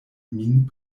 min